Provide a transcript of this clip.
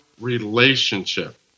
relationship